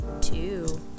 Two